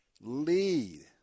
lead